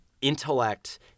intellect